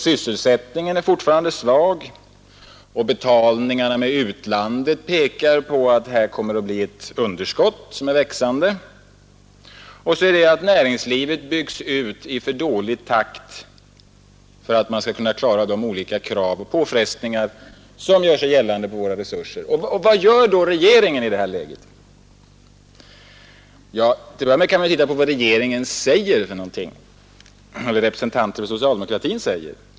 Sysselsättningen är fortfarande svag, betalningarna med utlandet pekar på ett växande underskott, och näringslivet byggs ut i för dålig takt för att man skall kunna klara de olika krav och påfrestningar på våra resurser som gör sig gällande. Vad gör då regeringen? Till att börja med kan man titta på vad regeringen eller representanter för socialdemokratin säger.